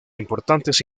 importantes